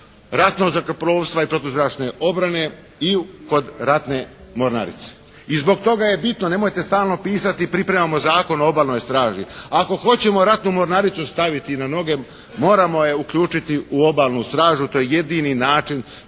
ratnog zrakoplovstva i protuzračne obrane i kod ratne mornarice. I zbog toga je bitno, nemojte stalno pisati: Pripremamo zakon o obalnoj straži. Ako hoćemo ratnu mornaricu staviti na noge moramo je uključiti u obalnu stražu. To je jedini način